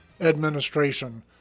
administration